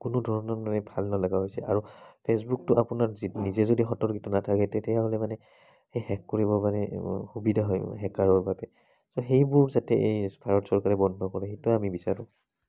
কোনো ধৰণৰ মানে ভাল নলগা হৈছে আৰু ফেচবুকটো আপোনাৰ নিজে যদি সতৰ্কিত নাথাকে তেতিয়াহ'লে মানে শেষ কৰিব পাৰে এইবোৰ সুবিধা হয় হেকাৰৰ বাবে চ' সেইবোৰ যাতে ভাৰত চৰকাৰে বন্ধ কৰে সেইটো আমি বিচাৰোঁ